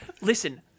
listen